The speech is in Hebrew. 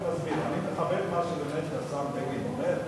אני מכבד באמת את מה שהשר בגין אומר,